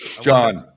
John